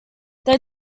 they